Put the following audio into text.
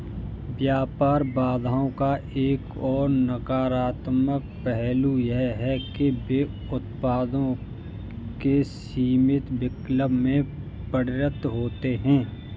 व्यापार बाधाओं का एक और नकारात्मक पहलू यह है कि वे उत्पादों के सीमित विकल्प में परिणत होते है